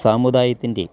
സാമുദായത്തിൻ്റെയും